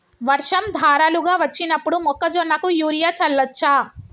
వర్షం ధారలుగా వచ్చినప్పుడు మొక్కజొన్న కు యూరియా చల్లచ్చా?